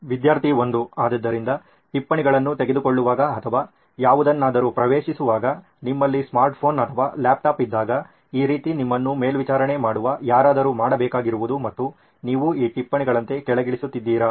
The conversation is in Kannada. ವಿದ್ಯಾರ್ಥಿ 1 ಆದ್ದರಿಂದ ಟಿಪ್ಪಣಿಗಳನ್ನು ತೆಗೆದುಕೊಳ್ಳುವಾಗ ಅಥವಾ ಯಾವುದನ್ನಾದರೂ ಪ್ರವೇಶಿಸುವಾಗ ನಿಮ್ಮಲ್ಲಿ ಸ್ಮಾರ್ಟ್ ಫೋನ್ ಅಥವಾ ಲ್ಯಾಪ್ಟಾಪ್ ಇದ್ದಾಗ ಈ ರೀತಿ ನಿಮ್ಮನ್ನು ಮೇಲ್ವಿಚಾರಣೆ ಮಾಡುವ ಯಾರಾದರೂ ಮಾಡಬೇಕಾಗಿರುವುದು ಮತ್ತು ನೀವು ಈ ಟಿಪ್ಪಣಿಗಳಂತೆ ಕೆಳಗಿಳಿಸುತ್ತಿದ್ದೀರಾ